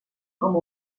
com